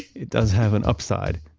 it does have an upside.